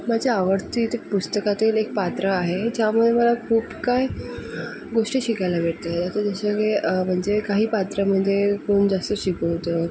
माझी आवडती ती पुस्तकातील एक पात्र आहे ज्यामुळे मला खूप काही गोष्टी शिकायला भेटल्या आता जसे की म्हणजे काही पात्र म्हणजे कोण जास्त शिकवतं